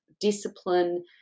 discipline